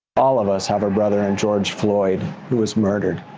all of us have a brother and george floyd who was murdered.